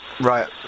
right